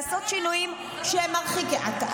לעשות שינויים מרחיקי לכת,